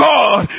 God